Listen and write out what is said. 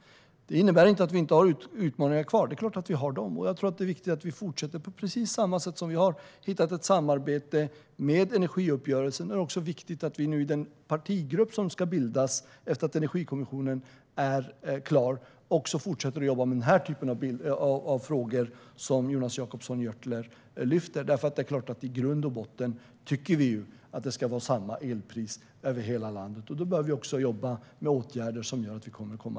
Det innebär inte att vi inte har utmaningar kvar. Det är klart att vi har det. Jag tror att det är viktigt att vi fortsätter på precis samma sätt som i samarbetet om energiuppgörelsen. Det är också viktigt att vi i den partigrupp som ska bildas efter att Energikommissionen är klar fortsätter att jobba med den här typen av frågor, som Jonas Jacobsson Gjörtler lyfter. I grund och botten tycker vi självklart att det ska vara samma elpriser över hela landet, och då behöver vi också jobba med åtgärder som gör att vi kommer dithän.